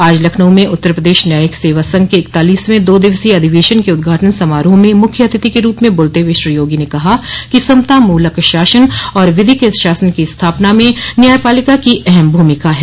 आज लखनऊ में उत्तर प्रदेश न्यायिक सेवा संघ के इकतालीसवें दो दिवसीय अधिवेशन के उद्घाटन समारोह में मुख्य अतिथि के रूप में बोलते हुए श्री योगी ने कहा कि समतामूलक शासन और विधि क शासन की स्थापना में न्यायपालिका की अहम भूमिका है